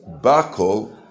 bakol